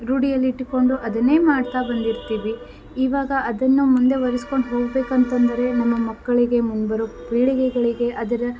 ರೂಢಿಯಲ್ಲಿಟ್ಟುಕೊಂಡು ಅದನ್ನೇ ಮಾಡ್ತಾ ಬಂದಿರ್ತೀವಿ ಈವಾಗ ಅದನ್ನು ಮುಂದುವರೆಸಿಕೊಂಡು ಹೋಗ್ಬೇಕಂತಂದ್ರೆ ನಮ್ಮ ಮಕ್ಕಳಿಗೆ ಮುಂಬರೋ ಪೀಳಿಗೆಗಳಿಗೆ ಅದರ